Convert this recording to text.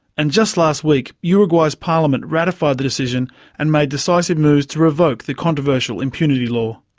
and just last week uruguay's parliament ratified the decision and made decisive moves to revoke the controversial impunity law.